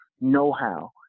know-how